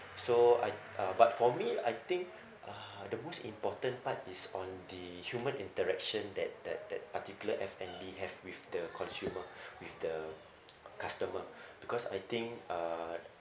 so I uh but for me I think uh the most important part is on the human interaction that that that particular f and b have with the consumer with the customer because I think uh